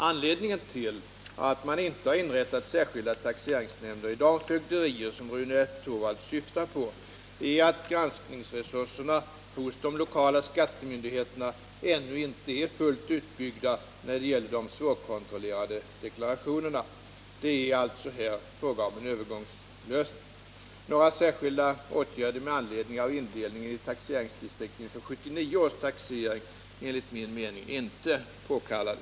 Anledningen till att man inte har inrättat särskilda taxeringsnämnder i de fögderier som Rune Torwald syftar på är att granskningsresurserna hos de lokala skattemyndigheterna ännu inte är fullt utbyggda när det gäller de svårkontrollerade deklarationerna. Det är alltså här fråga om en övergångslösning. Några särskilda åtgärder med anledning av indelningen i taxeringsdistrikt inför 1979 års taxering är enligt min mening inte påkallade.